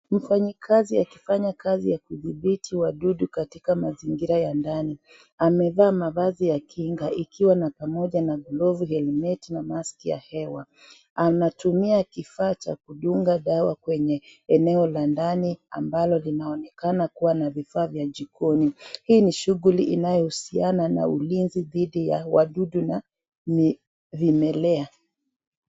Mfanyikazi akifanya kazi ya kudhibiti wadudu katika mazingira ya ndani, amevaa mavazi ya kinga ikiwa na pamoja na glavu yenye neti na maski ya hewa, anatumia kifaa cha kudunga dawa kwenye eneo la ndani ambalo linaonekana kuwa na vifaa vya jikoni, hii ni shughuli inayohusiana na ulinzi dhidi ya wadudu na vimelea.